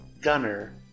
Gunner